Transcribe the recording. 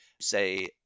say